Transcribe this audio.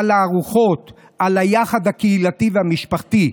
על הארוחות, על היחד הקהילתי והמשפחתי,